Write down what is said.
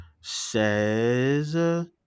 says